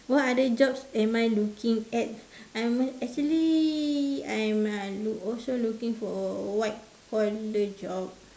what other jobs am I looking at I am actually I am uh look also looking for white collar job